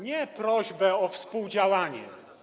Nie prośbę o współdziałanie.